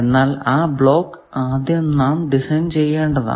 എന്നാൽ ആ ബ്ലോക്ക് ആദ്യം നാം ഡിസൈൻ ചെയ്യേണ്ടതാണ്